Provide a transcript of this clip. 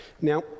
Now